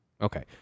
Okay